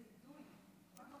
כבוד